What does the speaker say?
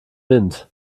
wind